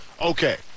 okay